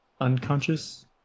unconscious